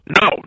No